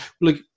look